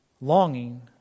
longing